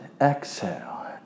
exhale